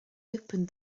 opened